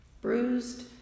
bruised